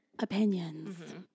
Opinions